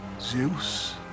Zeus